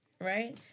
right